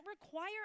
require